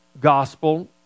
Gospel